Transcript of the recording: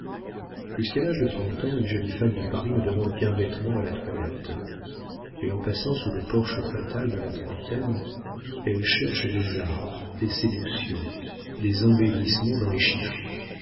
jusqu'à l'âge de trente ans les jolies femmes de paris ne demandent qu'un vêtement à la toilette mais en passant sous le porche fatal de la trentaine elles cherchent des armes des séductions des embellissements dans les chiffons